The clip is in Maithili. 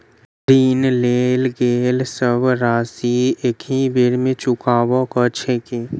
ऋण लेल गेल सब राशि एकहि बेर मे चुकाबऽ केँ छै की?